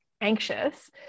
anxious